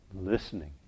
listening